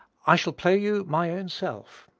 i shall play you my own self.